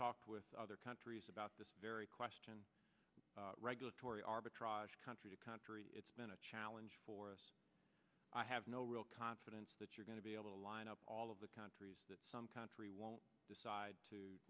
talked with other countries about this very question regulatory arbitrage country to country it's been a challenge for us i have no real confidence that you're going to be able to line up all of the countries that some country won't decide to